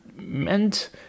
meant